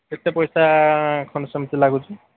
କେତେ ପଇସା ଖଣ୍ଡେ ସେମିତି ଲାଗୁଛି